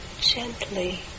gently